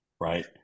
right